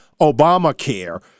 Obamacare